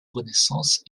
renaissance